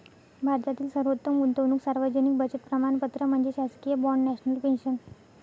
भारतातील सर्वोत्तम गुंतवणूक सार्वजनिक बचत प्रमाणपत्र म्हणजे शासकीय बाँड नॅशनल पेन्शन